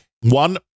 one